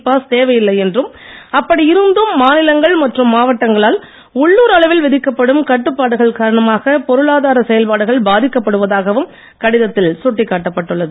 pass தேவையில்லை என்றும் அப்படியிருந்தும் மாநிலங்கள் மற்றும் மாவட்டங்களால் உள்ளுர் அளவில் விதிக்கப்படும் கட்டுப்பாடுகள் காரணமாக பொருளாதார செயல்பாடுகள் பாதிக்கப்படுவதாகவும் கடிதத்தில் சுட்டிக்காட்டப்பட்டுள்ளது